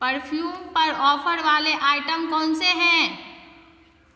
perfume पर offer वाले items कौनसे हैं